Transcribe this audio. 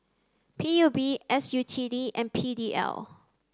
P U B S U T D and P D L